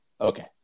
okay